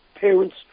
parents